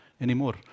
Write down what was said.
anymore